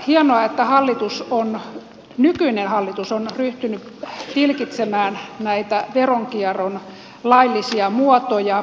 hienoa että nykyinen hallitus on ryhtynyt tilkitsemään näitä veronkierron laillisia muotoja